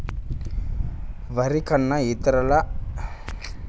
వరి కన్నా ఇతర పంటల వల్ల ఎక్కువ లాభం వస్తదా?